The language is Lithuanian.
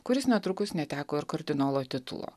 kuris netrukus neteko ir kardinolo titulo